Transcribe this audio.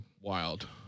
Wild